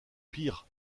pire